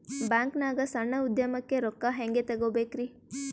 ಬ್ಯಾಂಕ್ನಾಗ ಸಣ್ಣ ಉದ್ಯಮಕ್ಕೆ ರೊಕ್ಕ ಹೆಂಗೆ ತಗೋಬೇಕ್ರಿ?